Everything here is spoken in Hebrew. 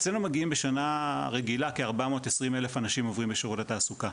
אצלנו מגיעים בשנה רגילה כ-420 אלף אנשים עוברים בשירות התעסוקה,